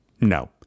No